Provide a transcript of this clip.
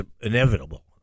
inevitable